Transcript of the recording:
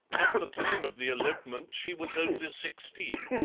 at the time of the elopement she was only sixteen,